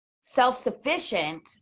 self-sufficient